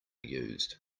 used